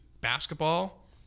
Basketball